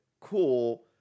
Cool